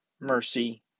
mercy